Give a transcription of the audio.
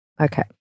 Okay